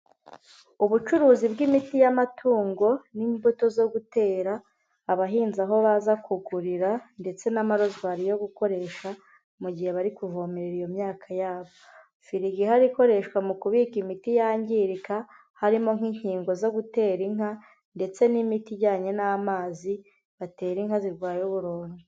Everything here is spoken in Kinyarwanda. Ubucuruzi bw'imiti y'amatungo n'imbuto zo gutera, abahinzi aho baza kugurira ndetse n'amarozwari yo gukoresha mu gihe bari kuvomerera iyo myaka yabo, firigo ihari ikoreshwa mu kubika imiti yangirika harimo nk'inkingo zo gutera inka, ndetse n'imiti ijyanye n'amazi batera inka zirwaye uburondwe.